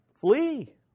flee